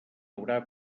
haurà